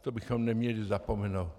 To bychom neměli zapomenout.